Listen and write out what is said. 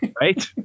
Right